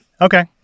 Okay